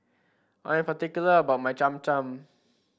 I am particular about my Cham Cham